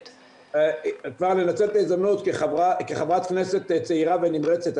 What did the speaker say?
כבר לנצל את ההזדמנות כחברת כנסת צעירה ונמרצת.